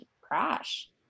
crash